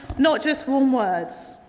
not just warm words.